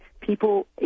People